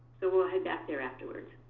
so we'll head back there afterwards.